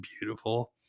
beautiful